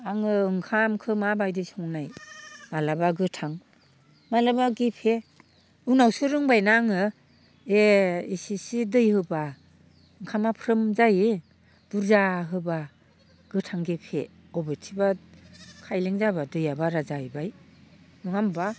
आङो ओंखामखो माबायदि संनाय माब्लाबा गोथां माब्लाबा गेफे उनावसो रोंबाय ना आङो ए एसेसो दै होब्ला ओंखामा फ्रोम जायो बुरजा होब्ला गोथां गेफे अबेथिबा खायलें जाब्ला दैया बारा जाहैबाय नङा होमब्ला